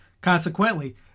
Consequently